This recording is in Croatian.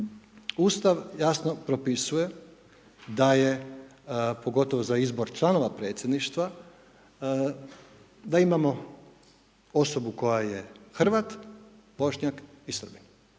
Ustav jasno propisuje da je, pogotovo za izbor članova predsjedništva, da imamo osobu koja je Hrvat, Bošnjak i Srbin.